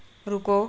ਰੁਕੋ